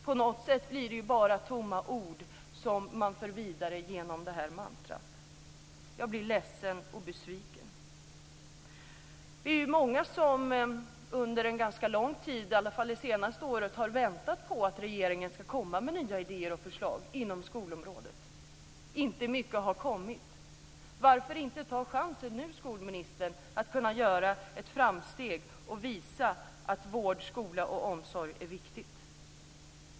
På något sätt blir det ju bara tomma ord som man för vidare genom det här mantrat. Jag blir ledsen och besviken. Vi är många som under en ganska lång tid, i alla fall det senaste året, har väntat på att regeringen ska komma med nya idéer och förslag inom skolområdet. Inte mycket har kommit. Varför inte ta chansen nu, skolministern, att kunna göra ett framsteg och visa att vård, skola och omsorg är viktigt?